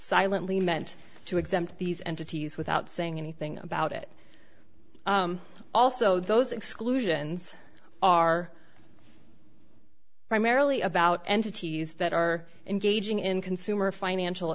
silently meant to exempt these entities without saying anything about it also those exclusions are primarily about entities that are engaging in consumer financial